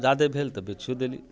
जादे भेल तऽ बेचियो देली